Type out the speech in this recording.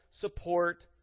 support